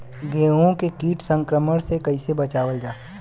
गेहूँ के कीट संक्रमण से कइसे बचावल जा?